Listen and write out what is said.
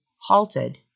halted